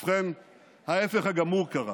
ובכן, ההפך הגמור קרה: